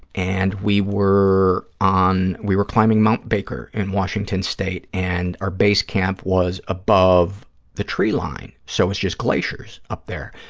and we were on, we were climbing mount baker in washington state and our base camp was above the tree line, so it was just glaciers up there.